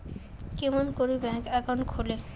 কেমন করি bank account খুলে?